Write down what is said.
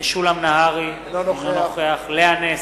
משולם נהרי, אינו נוכח לאה נס,